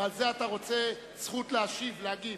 ועל זה אתה רוצה זכות להגיב.